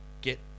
get